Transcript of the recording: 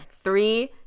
Three